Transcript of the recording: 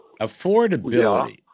affordability